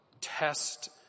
Test